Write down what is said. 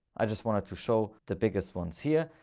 i just wanted to show the biggest ones here.